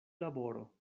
laboro